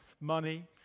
money